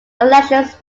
elections